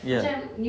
ya